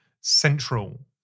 central